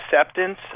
acceptance